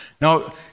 Now